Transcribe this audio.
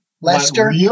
Lester